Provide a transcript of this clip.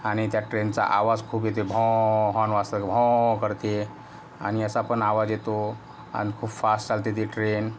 आणि त्या ट्रेनचा आवाज खूप येते भॉ हॉर्न वाजते भॉ करते आणि असा पण आवाज येतो आणि खूप फास्ट चालते ती ट्रेन